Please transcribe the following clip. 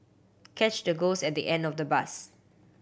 catch the ghost at the end of the bus